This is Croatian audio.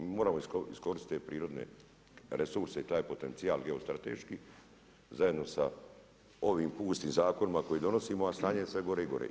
Moramo iskoristiti te prirodne resurse i taj potencijal geostrateški zajedno sa ovim pustim zakonima koje donosimo, a stanje je sve gore i gore.